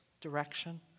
direction